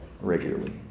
regularly